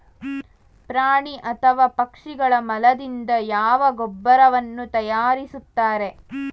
ಪ್ರಾಣಿ ಅಥವಾ ಪಕ್ಷಿಗಳ ಮಲದಿಂದ ಯಾವ ಗೊಬ್ಬರವನ್ನು ತಯಾರಿಸುತ್ತಾರೆ?